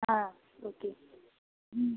ஆ okay ம் சரி